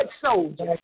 soldier